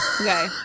Okay